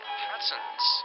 patterns